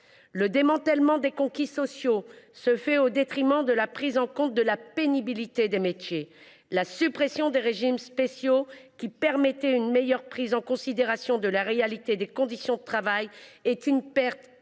Le démantèlement des « conquis sociaux » se fait au détriment de la prise en compte de la pénibilité des métiers. La suppression des régimes spéciaux, qui permettaient une meilleure prise en considération de la réalité des conditions de travail, est une perte immense